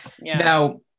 Now